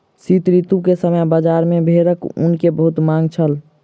शीत ऋतू के समय बजार में भेड़क ऊन के बहुत मांग छल